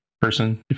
person